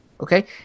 okay